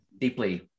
deeply